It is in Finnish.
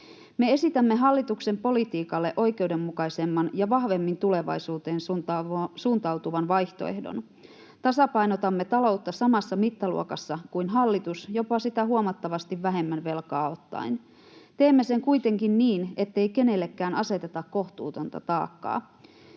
Me esitämme hallituksen politiikalle oikeudenmukaisemman ja vahvemmin tulevaisuuteen suuntautuvan vaihtoehdon. Tasapainotamme taloutta samassa mittaluokassa kuin hallitus, jopa sitä huomattavasti vähemmän velkaa ottaen. Teemme sen kuitenkin niin, ettei kenellekään aseteta kohtuutonta taakkaa.